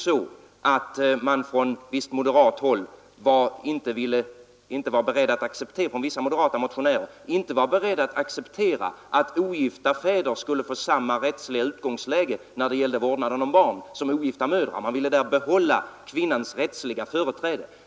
Då var vissa moderata motionärer inte beredda att acceptera att ogifta fäder skulle få samma rättsliga utgångsläge som ogifta mödrar när det gällde vårdnaden om barn. Man ville behålla kvinnans rättsliga företräde.